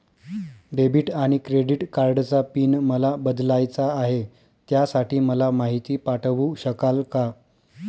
Debit आणि credit कार्डचा PIN मला बदलायचा आहे, त्यासाठी मला माहिती पाठवू शकाल का?